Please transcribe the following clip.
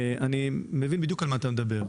אני מבין בדיוק על מה אתה מדבר.